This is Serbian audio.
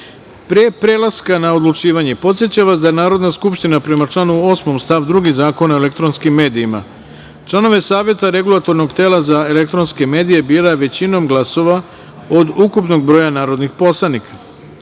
prelaska na odlučivanje, podsećam vas da je Narodna skupština, prema članu 8. stav 2. Zakona o elektronskim medijima, članove Saveta Regulatornog tela za elektronske medije bira većinom glasova od ukupnog broja narodnih poslanika. Takođe